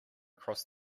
across